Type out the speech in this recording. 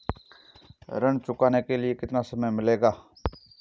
ऋण चुकाने के लिए कितना समय मिलेगा?